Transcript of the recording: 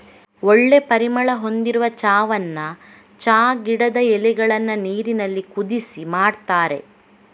ಒಳ್ಳೆ ಪರಿಮಳ ಹೊಂದಿರುವ ಚಾವನ್ನ ಚಾ ಗಿಡದ ಎಲೆಗಳನ್ನ ನೀರಿನಲ್ಲಿ ಕುದಿಸಿ ಮಾಡ್ತಾರೆ